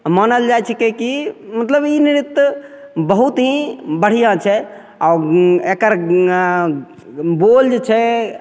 आओर मानल जाइ छिकै कि मतलब ई नृत्य बहुत ही बढ़िआँ छै आओर ओ एकर बोल जे छै